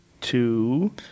two